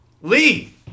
Lee